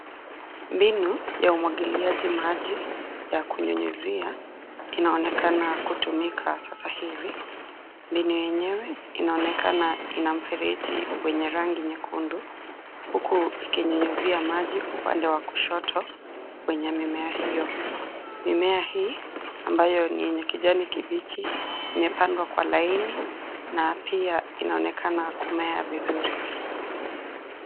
Mbinu ya umwagiliaji maji ya kunyunyuzia inaonekana kutumika sasa hivi. mbinu yenyewe inaonekana ina mfereji mwenye rangi nyekundu, huku ikinyunyizia maji upande wa kushoto wenye mimea hiyo, mimea hii ambayo ni yenye kijani kibichi, imepandwa kwa laini na pia inaonekana kumea vizuri.